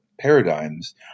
paradigms